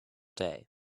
day